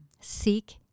Seek